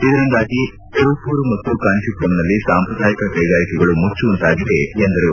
ಇದರಿಂದಾಗಿ ತಿರುಪ್ಪೂರು ಮತ್ತು ಕಾಂಚೀಮರಂನಲ್ಲಿ ಸಾಂಪ್ರದಾಯಿಕ ಕೈಗಾರಿಕೆಗಳು ಮುಚ್ಚುವಂತಾಗಿದೆ ಎಂದರು